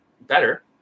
better